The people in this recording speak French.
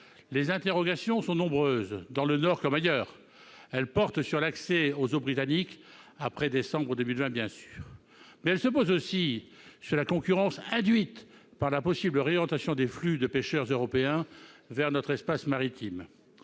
Les interrogations sont nombreuses, dans le Nord comme ailleurs. Elles portent sur l'accès aux eaux britanniques après décembre 2020, mais aussi sur la concurrence induite par la possible réorientation des flux de pêcheurs européens vers notre espace maritime.